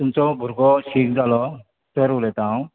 तुमचो भुरगो शीक जालो सर उलयतां हांव